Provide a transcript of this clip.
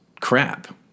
crap